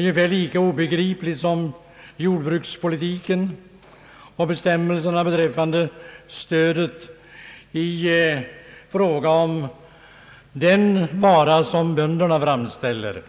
ungefär lika obegripliga som jordbrukspolitiken och bestämmelserna beträffande stödet till den vara som bönderna framställer.